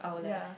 ya